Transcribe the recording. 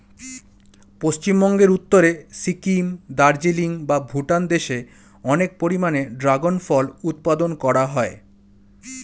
পশ্চিমবঙ্গের উত্তরে সিকিম, দার্জিলিং বা ভুটান দেশে অনেক পরিমাণে ড্রাগন ফল উৎপাদন করা হয়